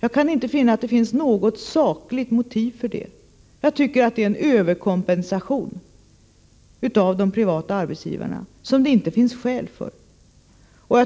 Jag kan inte finna något sakligt motiv för detta. Det är en överkompensation till de privata arbetsgivarna som det inte finns skäl för.